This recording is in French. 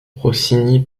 rossini